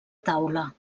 taula